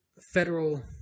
federal